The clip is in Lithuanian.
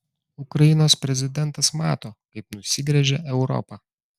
ukrainos prezidentas mato kaip nusigręžia europa